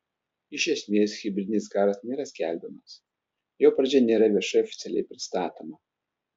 iš esmės hibridinis karas nėra skelbiamas jo pradžia nėra viešai oficialiai pristatoma